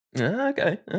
okay